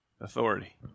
authority